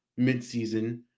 midseason